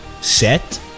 set